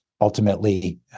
ultimately